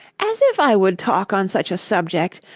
as if i would talk on such a subject!